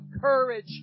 courage